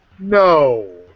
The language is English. No